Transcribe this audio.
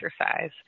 exercise